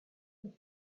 the